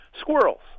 squirrels